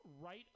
right